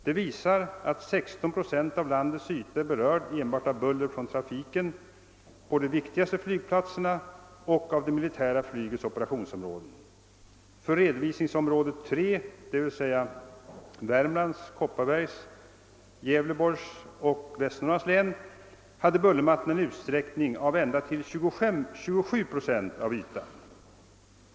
Det visar att 16 procent av landets ytor berörs av buller från trafiken på de viktigaste flygplatserna och av det militära flygets operationsområden. För redovisningsområdet III, d.v.s. Värmlands, Kopparbergs, Gävleborgs och Västernorrlands län, hade bullermattorna en utsträckning av ända upp till 27 procent av ytan.